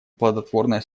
плодотворное